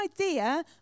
idea